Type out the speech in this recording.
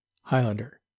Highlander